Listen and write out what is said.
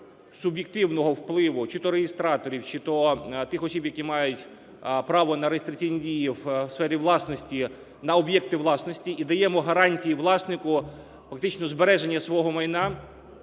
суб'єктивного впливу чи-то реєстраторів, чи-то тих осіб, які мають право на реєстраційні дії в сфері власності на об'єкти власності, і даємо гарантії власнику у фактичному збереженні свого майна